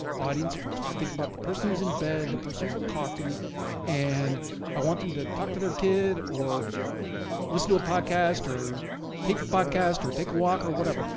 audience first. i think about the person who's in bed, the person who's at coffee and i want them to talk to their kid or listen to a podcast, or tape a podcast or take a walk or whatever.